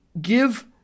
give